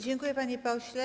Dziękuję, panie pośle.